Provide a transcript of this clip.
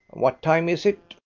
what time is it?